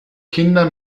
kinder